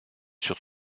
sur